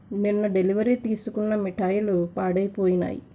నిన్న డెలివరీ తీసుకున్న మిఠాయిలు పాడైపోయినాయి